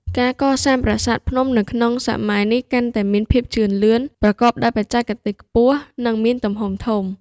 ការកសាងប្រាសាទភ្នំនៅក្នុងសម័យនេះកាន់តែមានភាពជឿនលឿន ប្រកប ដោយបច្ចេកទេសខ្ពស់ និង មានទំហំធំ។